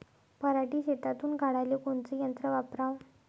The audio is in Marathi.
पराटी शेतातुन काढाले कोनचं यंत्र वापराव?